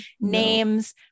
names